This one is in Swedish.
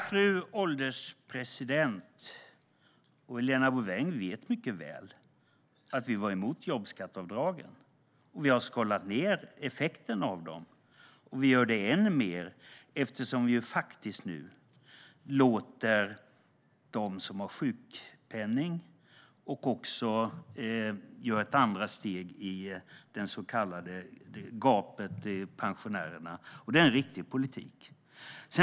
Fru ålderspresident! Helena Bouveng vet mycket väl att vi var emot jobbskatteavdragen. Vi har skalat ned effekten av dem. Vi gör det ännu mer nu för dem som har sjukpenning, och vi tar ett andra steg när det gäller det så kallade gapet till pensionärerna. Det är en riktig politik.